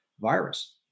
virus